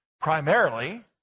Primarily